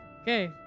Okay